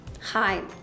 Hi